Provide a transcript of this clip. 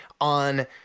on